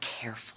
careful